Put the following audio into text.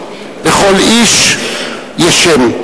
"לכל איש יש שם",